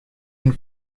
une